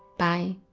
bye!